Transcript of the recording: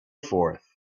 forth